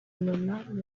rolland